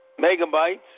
megabytes